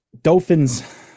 Dolphins